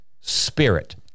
spirit